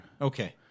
Okay